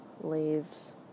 leaves